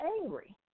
angry